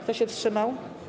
Kto się wstrzymał?